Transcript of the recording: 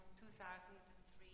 2003